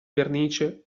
vernice